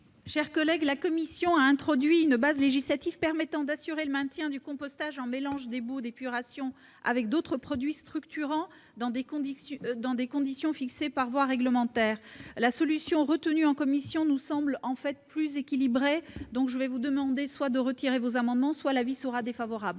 de la commission ? La commission a introduit une base législative permettant d'assurer le maintien du compostage en mélange des boues d'épuration avec d'autres produits structurants dans des conditions fixées par voie réglementaire. La solution retenue en commission nous semblant plus équilibrée, je vous demanderai de bien vouloir retirer vos amendements, mes chers collègues.